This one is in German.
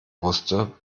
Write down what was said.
wusste